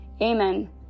amen